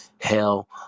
hell